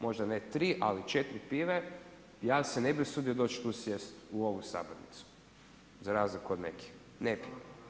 Možda ne 3 ali 4 pive, ja se ne bi usudio doći tu sjesti u ovu sabornicu, za razliku od nekih, ne bi.